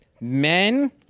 men